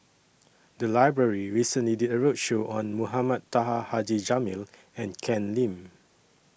The Library recently did A roadshow on Mohamed Taha Haji Jamil and Ken Lim